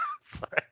Sorry